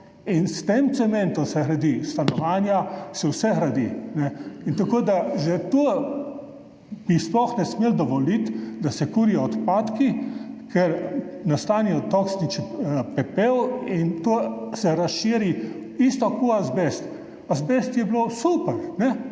S tem cementom se gradi stanovanja, se vse gradi. Tako da že tega sploh ne bi smeli dovoliti, da se kurijo odpadki, ker nastane toksičen pepel in se to razširi enako kot azbest. Azbest je bil super.